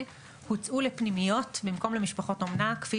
הוצאו לפנימיות במקום למשפחות אומנה כפי